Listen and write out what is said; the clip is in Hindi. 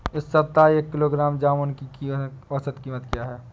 इस सप्ताह एक किलोग्राम जामुन की औसत कीमत क्या है?